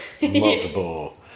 multiple